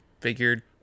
figured